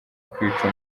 kwica